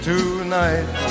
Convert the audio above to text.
Tonight